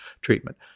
treatment